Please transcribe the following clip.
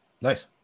Nice